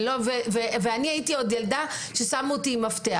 ואני הייתי ילדת מפתח.